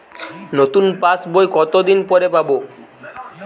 নতুন পাশ বই কত দিন পরে পাবো?